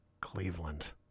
Cleveland